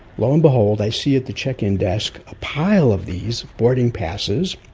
low and behold, i see at the check in desk a pile of these boarding passes,